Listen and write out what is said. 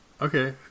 Okay